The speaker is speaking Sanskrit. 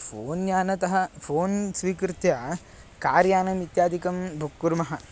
फ़ोन् यानतः फ़ोन् स्वीकृत्य कार् यानम् इत्यादिकं बुक् कुर्मः